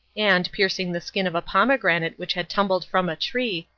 and, piercing the skin of a pomegranate which had tumbled from a tree,